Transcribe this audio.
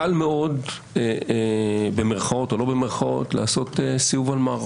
קל מאוד במרכאות או לא במרכאות לעשות סיבוב על מערכות.